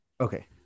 Okay